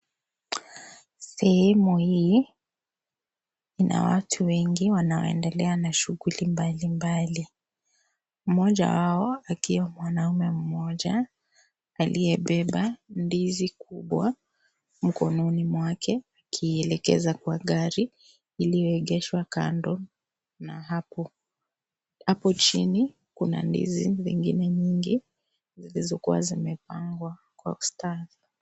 Sehemu hii ina watu wengi wanaoendelea na shughuli mbalimbali ,mmoja wao akiwa mwanaume mmoja aliyebeba ndizi kubwa mkononi mwake akielekeza kwa gari iliyoegeshwa kando na hapo. Hapo chini kuna ndizi zingine nyingi zilizokuwa zimepangwa kwa ustani.